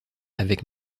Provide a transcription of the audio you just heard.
avec